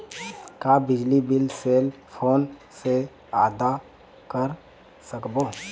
का बिजली bill cell phone से आदा कर सकबो?